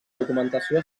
documentació